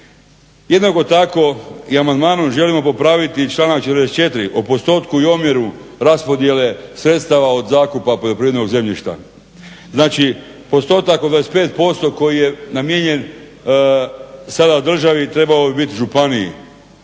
Jednako tako i amandmanom želimo popraviti i članak 44. o postotku i omjeru raspodjele sredstava od zakupa poljoprivrednog zemljišta. Znači postotak od 25% koji je namijenjen sada državi trebao bi biti županiji,